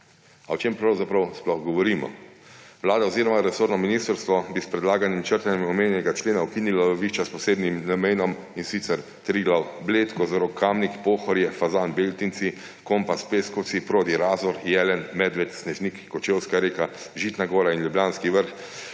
o čem pravzaprav sploh govorimo? Vlada oziroma resorno ministrstvo bi s predlaganim črtanjem omenjenega člena ukinilo lovišča s posebnim namenom, in sicer Triglav Bled, Kozorog Kamnik, Pohorje, Fazan Beltinci, Kompas Peskovci, Prodi-Razor, Jelen, Medved, Snežnik Kočevska reka, Žitna gora in Ljubljanski vrh,